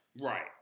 right